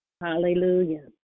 Hallelujah